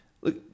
Look